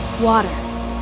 Water